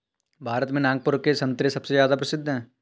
भारत में नागपुर के संतरे सबसे ज्यादा प्रसिद्ध हैं